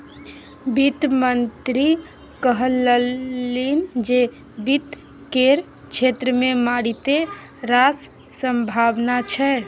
वित्त मंत्री कहलनि जे वित्त केर क्षेत्र मे मारिते रास संभाबना छै